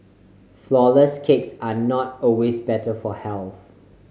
flourless cakes are not always better for health